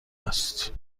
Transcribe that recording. است